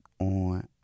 on